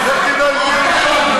על מה?